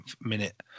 minute